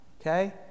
okay